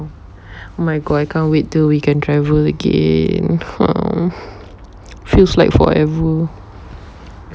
my god can't wait till we can travel again feels like forever